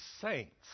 saints